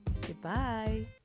Goodbye